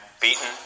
beaten